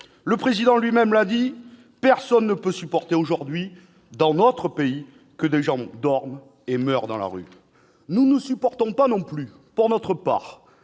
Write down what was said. Le Président lui-même l'a dit : personne ne peut supporter aujourd'hui, dans notre pays, que des gens dorment et meurent dans la rue. Nous ne supportons pas non plus, pour notre part,